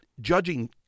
judging